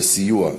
לסיוע,